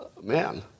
Man